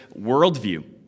worldview